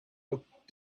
looked